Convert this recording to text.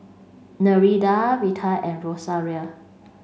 Nereida Vita and Rosaria